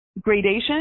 gradation